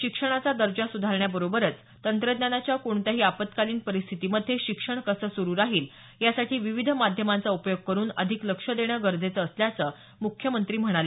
शिक्षणाचा दर्जा स्धारण्याबरोबरच तंत्रज्ञानाच्या कोणत्याही आपत्कालिन परिस्थितीमध्ये शिक्षण कसं सुरु राहील यासाठी विविध माध्यमांचा उपयोग करुन अधिक लक्ष देणं गरजेचं असल्याचं मुख्यमंत्री म्हणाले